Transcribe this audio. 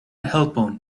helpon